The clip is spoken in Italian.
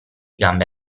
gambe